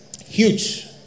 Huge